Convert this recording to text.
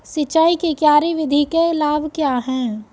सिंचाई की क्यारी विधि के लाभ क्या हैं?